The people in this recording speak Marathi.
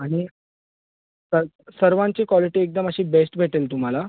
आणि स सर्वांची क्वॉलिटी एकदम अशी बेस्ट भेटेल तुम्हाला